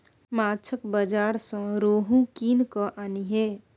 माछक बाजार सँ रोहू कीन कय आनिहे